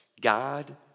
God